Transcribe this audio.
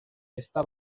està